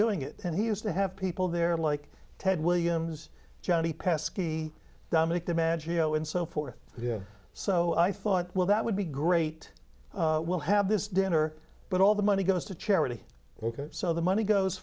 doing it and he used to have people there like ted williams johnny pesky dominic dimaggio and so forth so i thought well that would be great we'll have this dinner but all the money goes to charity so the money goes